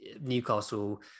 Newcastle